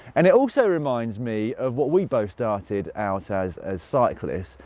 and it also reminds me of what we both started out as as cyclists,